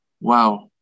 Wow